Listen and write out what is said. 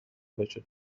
وجود